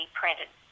printed